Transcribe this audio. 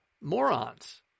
morons